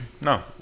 No